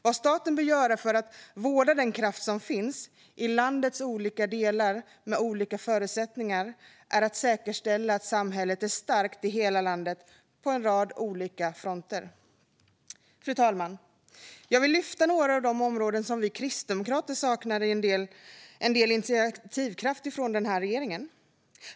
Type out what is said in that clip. Vad staten bör göra för att vårda den kraft som finns i landets olika delar med olika förutsättningar är att säkerställa att samhället är starkt i hela landet på en rad olika fronter. Fru talman! Jag ska ta upp några av de områden där vi kristdemokrater saknar en del initiativkraft från regeringen.